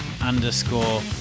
underscore